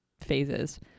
phases